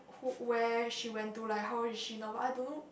who where she went to like how is she now but I don't know